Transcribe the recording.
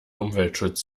umweltschutz